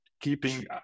keeping